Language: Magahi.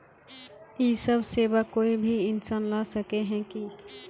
इ सब सेवा कोई भी इंसान ला सके है की?